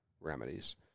remedies